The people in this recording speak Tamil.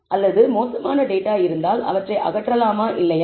அல்லது மோசமான டேட்டா இருந்தால் அவற்றை அகற்றலாமா இல்லையா